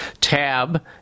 tab